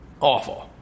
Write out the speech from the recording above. awful